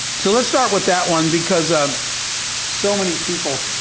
so let's start with that one, because of so many people,